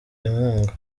inkunga